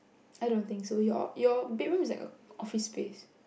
I don't think so your your bedroom is like a office space